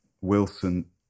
Wilson